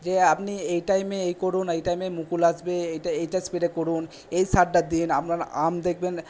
যে আপনি এই টাইমে এই করুন এই টাইমে মুকুল আসবে এইটা স্প্রে করুণ এই সারটা দিন আপনার আম দেখবেন